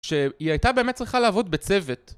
שהיא הייתה באמת צריכה לעבוד בצוות.